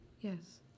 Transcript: Yes